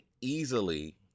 easily